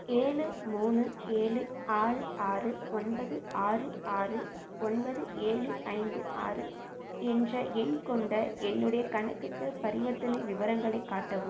ஏழு மூணு ஏழு ஆறு ஆறு ஒன்பது ஆறு ஆறு ஒன்பது ஏழு ஐந்து ஆறு என்ற எண் கொண்ட என்னுடைய கணக்குக்கு பரிவர்த்தனை விவரங்களைக் காட்டவும்